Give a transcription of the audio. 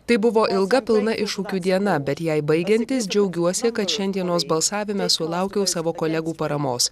tai buvo ilga pilna iššūkių diena bet jai baigiantis džiaugiuosi kad šiandienos balsavime sulaukiau savo kolegų paramos